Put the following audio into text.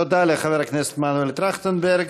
תודה לחבר הכנסת מנואל טרכטנברג.